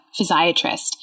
physiatrist